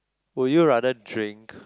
would you rather drink